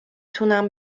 تونم